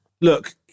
Look